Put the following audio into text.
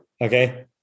Okay